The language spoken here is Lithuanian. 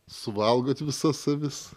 suvalgot visas avis